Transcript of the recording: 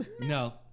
no